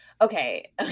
Okay